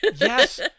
Yes